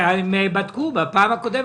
הם בדקו בפעם הקודמת.